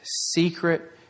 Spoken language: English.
secret